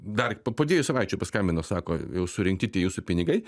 dar po dviejų savaičių paskambino sako jau surinkti tie jūsų pinigai